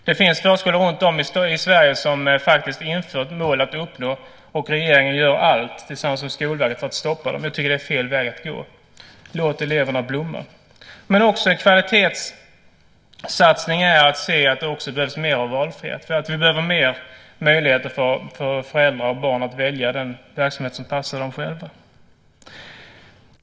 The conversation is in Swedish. Det finns förskolor runtom i Sverige som infört mål att uppnå. Regeringen gör allt, tillsammans med Skolverket, för att stoppa dem. Jag tycker att det är fel väg att gå. Låt eleverna blomma! Kvalitetssatsning är att se att det också behövs mer av valfrihet. Vi behöver mer möjligheter för föräldrar och barn att välja den verksamhet som passar dem själva.